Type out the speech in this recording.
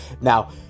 Now